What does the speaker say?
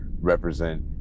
represent